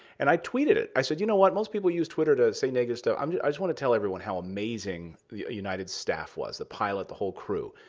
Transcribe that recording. and i tweeted it. i said, you know what, most people use twitter to say negative stuff. um i just want to tell everyone how amazing the united staff was. the pilot, the whole crew.